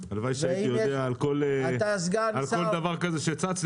הלוואי שהייתי יודע על כל דבר שצץ.